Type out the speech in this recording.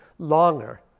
Longer